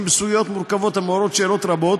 בסוגיות מורכבות המעוררות שאלות רבות,